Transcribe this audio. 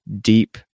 deep